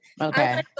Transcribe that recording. okay